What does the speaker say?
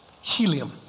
helium